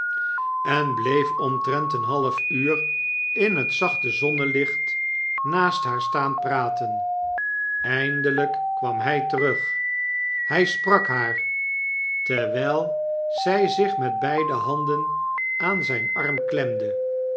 en bleef omtrent een half uur in het zachte zonnelicht naast haar staan praten eindelyk kwam hy terug hij sprak haar terwyl zy zich met beide handen aan zijn arm klemcu